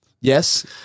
Yes